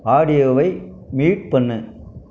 ஆடியோவை மியூட் பண்ணு